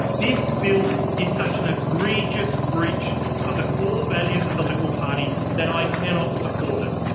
this bill is such an egregious breach of the core values of the liberal party that i cannot support it.